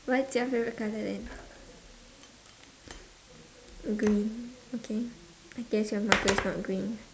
what's your favorite colour then green okay I guess your marker is not green